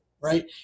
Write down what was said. right